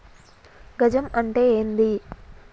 గజం అంటే ఏంది?